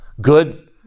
Good